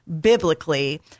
biblically